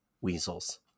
weasels